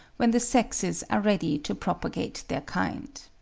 when the sexes are ready to propagate their kind.